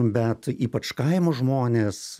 bet ypač kaimo žmonės